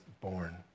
born